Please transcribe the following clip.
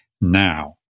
now